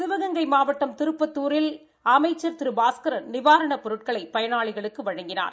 சிவகங்கை மாவட்டம் திருப்பத்தூரில் கைத்தறித்துறை அமைச்சர் திரு பாஸ்கரன் நிவாரண பொருட்களை பயனாளிகளுக்கு வழங்கினார்